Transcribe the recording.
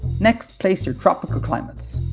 next place your tropical climates.